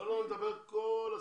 אני מדבר על כל הסוגים.